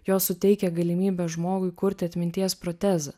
jos suteikia galimybę žmogui kurti atminties protezą